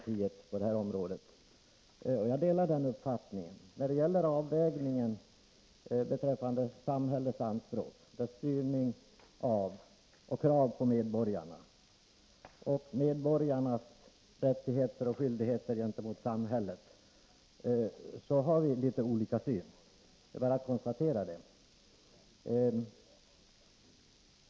Det är bara att konstatera att vi har litet olika synsätt när det gäller avvägningen beträffande samhällets anspråk för styrning av och krav på medborgarna och medborgarnas rättigheter och skyldigheter gentemot samhället.